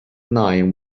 line